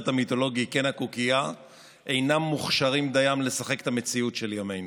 המיתולוגי קו הקוקייה אינם מוכשרים דיים לשחק את המציאות של ימינו.